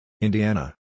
Indiana